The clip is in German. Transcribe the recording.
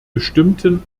bestimmten